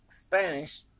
Spanish